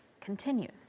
continues